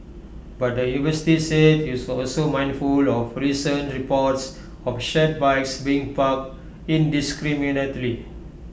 but the university said IT was also mindful of recent reports of shared bikes being parked indiscriminately